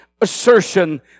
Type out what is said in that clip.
assertion